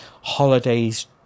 holidays